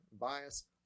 bias